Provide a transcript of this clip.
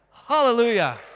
Hallelujah